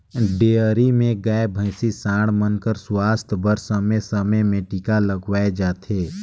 dairy में गाय, भइसी, सांड मन कर सुवास्थ बर समे समे में टीका लगवाए जाथे